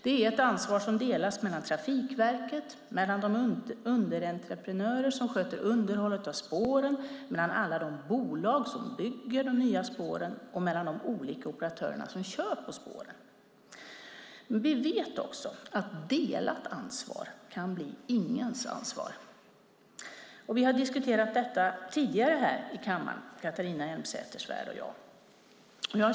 Det är ett ansvar som delas mellan Trafikverket, de underentreprenörer som sköter underhållet av spåren, alla de bolag som bygger de nya spåren samt de olika operatörer som kör på spåren. Vi vet också att delat ansvar kan bli ingens ansvar. Vi har diskuterat detta tidigare här i kammaren, Catharina Elmsäter-Svärd och jag.